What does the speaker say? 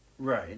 Right